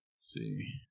See